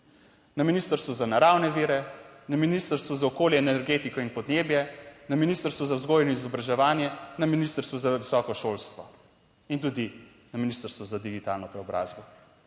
na Ministrstvu za naravne vire, na Ministrstvu za okolje, energetiko in podnebje, na Ministrstvu za vzgojo in izobraževanje, na Ministrstvu za visoko šolstvo in tudi na Ministrstvu za digitalno preobrazbo.